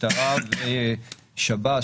המשטרה ושב"ס,